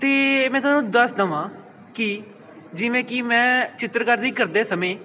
ਅਤੇ ਮੈਂ ਤੁਹਾਨੂੰ ਦੱਸ ਦੇਵਾਂ ਕਿ ਜਿਵੇਂ ਕਿ ਮੈਂ ਚਿੱਤਰਕਾਰੀ ਕਰਦੇ ਸਮੇਂ